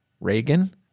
Reagan